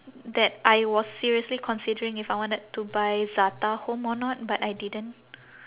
that I was seriously considering if I wanted to buy za'atar home or not but I didn't